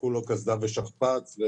כולה קסדה ושכפ"ץ.